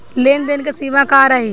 लेन देन के सिमा का रही?